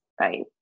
Right